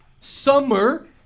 Summer